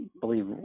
believe